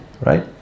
Right